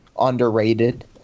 underrated